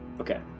Okay